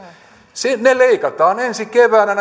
veronkevennykset leikataan ensi keväänä